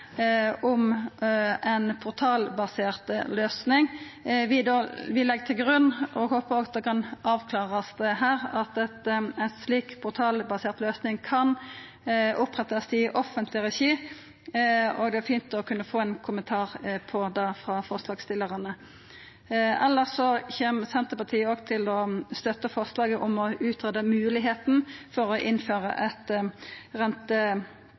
om ei portalbasert løysing. Vi legg til grunn, og håpar at det kan avklarast her, at ein slik portalbasert løysing kan opprettast i offentleg regi, og det ville vera fint å få ein kommentar på det frå forslagsstillarane. Elles kjem Senterpartiet til å støtta forslaget om å utgreia moglegheita for å innføra eit